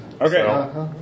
Okay